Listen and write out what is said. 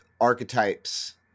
archetypes